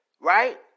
Right